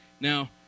Now